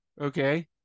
Okay